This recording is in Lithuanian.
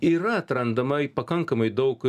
yra atrandama pakankamai daug